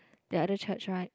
the other church right